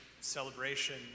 celebration